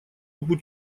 путь